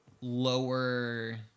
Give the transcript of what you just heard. lower